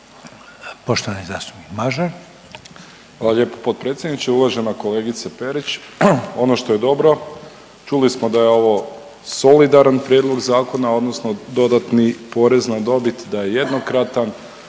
Poštovani zastupnik Mažar.